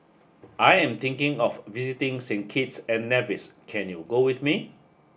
I am thinking of visiting Saint Kitts and Nevis can you go with me